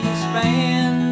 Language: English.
span